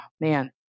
man